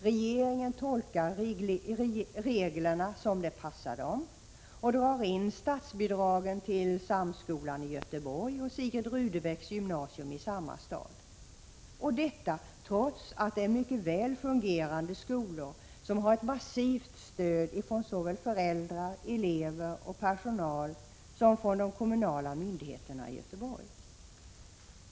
Regeringen tolkar reglerna som det passar den och drar in statsbidragen till Samskolan i Göteborg och till Sigrid Rudebecks gymnasium i samma stad. Och detta trots att det är mycket väl fungerande skolor, som har ett massivt stöd från såväl föräldrar, elever och personal som från de kommunala myndigheterna i Göteborg.